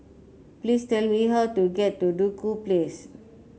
please tell me how to get to Duku Place